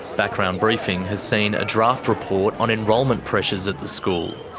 background briefing has seen a draft report on enrolment pressures at the school.